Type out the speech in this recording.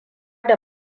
da